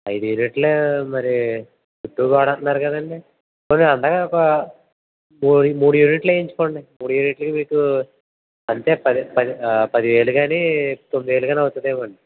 ఐదు యూనిట్లు మరి చుట్టూ గోడ అంటున్నారు కదండీ మరి అంతగా ఒక మూడు మూడు యూనిట్లు వేయించుకోండి మూడు యూనిట్లు మీకు అంటే పది పది పదిహేడు గాని తొమ్మిది వేలు గాని అవుతుందేమోనండి